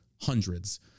Hundreds